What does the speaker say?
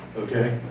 okay?